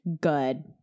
Good